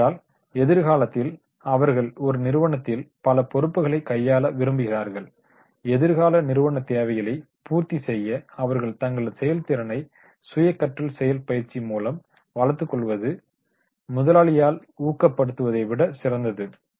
ஏனென்றால் எதிர்காலத்தில் அவர்கள் ஒரு நிறுவனத்தில் பல பொறுப்புகளை கையாள விரும்புகிறார்கள் எதிர்கால நிறுவன தேவைகளை பூர்த்தி செய்ய அவர்கள் தங்களது செயல்திறனை சுயகற்றல் செயல் பயிற்சி மூலம் வளர்த்துக்கொள்ளவது முதலாளியால் ஊக்கப்படுத்தபடுவதைவிட சிறந்தது